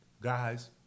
Guys